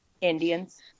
Indians